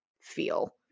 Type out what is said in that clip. feel